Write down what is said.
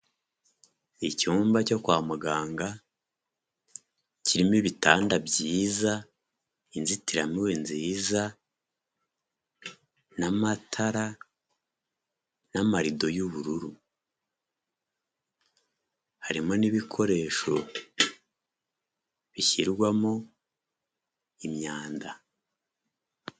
Icyumba cyo kwa muganga, kirimo ibitanda byiza, inzitiramubu nziza n'amatara n'amarido y'ubururu. Harimo n'ibikoresho bishyirwamo imyanda.